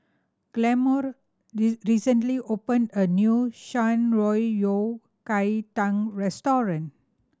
Gilmore recently opened a new Shan Rui Yao Kai Tang restaurant